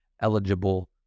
eligible